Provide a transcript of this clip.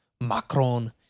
Macron